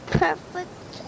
perfect